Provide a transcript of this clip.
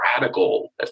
radical